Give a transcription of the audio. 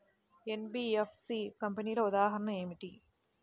NBFC కంపెనీల ఉదాహరణ ఏమిటి?